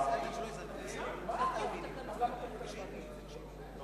ההצעה להעביר את הצעת חוק לתיקון פקודת ביטוח